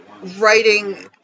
writing